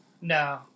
no